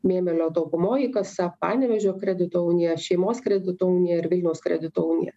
memelio taupomoji kasa panevėžio kredito unija šeimos kredito unija ir vilniaus kredito unija